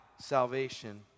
salvation